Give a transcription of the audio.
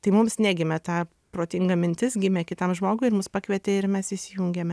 tai mums negimė ta protinga mintis gimė kitam žmogui ir mus pakvietė ir mes įsijungėme